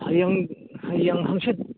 ꯍꯌꯦꯡ ꯍꯪꯆꯤꯠ